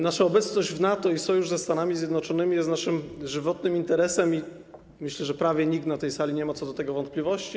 Nasza obecność w NATO i sojusz ze Stanami Zjednoczonymi są naszym żywotnym interesem i myślę, że prawie nikt na tej sali nie ma co do tej sprawy wątpliwości.